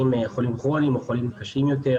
חולים כרוניים או חולים קשים יותר,